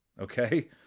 Okay